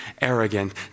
arrogant